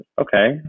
okay